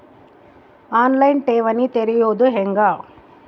On line ಠೇವಣಿ ತೆರೆಯೋದು ಹೆಂಗ?